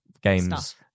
games